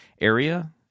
area